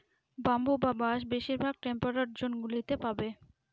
bamboo বা বাঁশ বেশিরভাগ টেম্পারড জোন গুলোতে পাবে